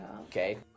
okay